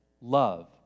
Love